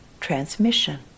transmission